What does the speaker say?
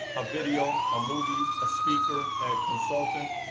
a video, a movie, a speaker, a consultant,